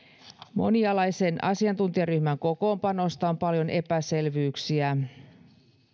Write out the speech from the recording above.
monialaisen asiantuntijaryhmän kokoonpanosta on paljon epäselvyyksiä